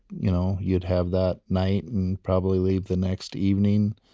you know, you'd have that night and probably leave the next evening.